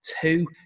two